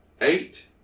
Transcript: Eight